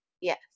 Yes